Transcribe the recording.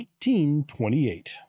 1828